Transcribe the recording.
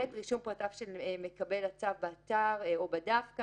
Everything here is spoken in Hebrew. "(ב) רישום פרטיו של מקבל הצו באתר או בדף,